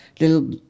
little